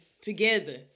Together